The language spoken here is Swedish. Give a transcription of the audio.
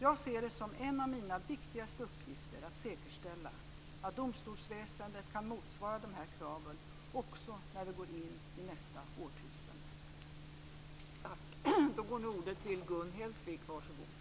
Jag ser det som en av mina viktigaste uppgifter att säkerställa att domstolsväsendet kan motsvara dessa krav också när vi gått in i nästa årtusende.